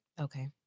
Okay